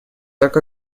так